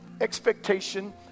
expectation